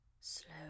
Slow